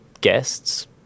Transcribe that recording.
guests